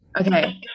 Okay